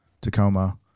tacoma